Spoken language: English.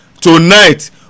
Tonight